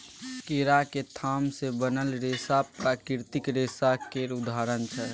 केराक थाम सँ बनल रेशा प्राकृतिक रेशा केर उदाहरण छै